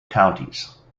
counties